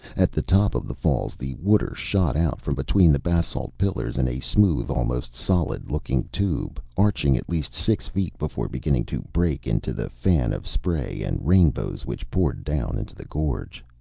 at the top of the falls, the water shot out from between the basalt pillars in a smooth, almost solid-looking tube, arching at least six feet before beginning to break into the fan of spray and rainbows which poured down into the gorge.